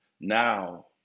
now